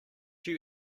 you